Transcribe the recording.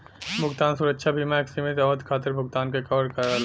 भुगतान सुरक्षा बीमा एक सीमित अवधि खातिर भुगतान के कवर करला